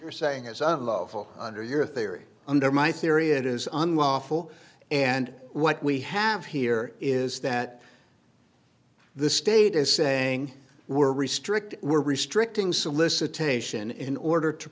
you're saying as of under your theory under my theory it is unlawful and what we have here is that the state is saying we're restrict we're restricting solicitation in order to